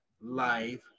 life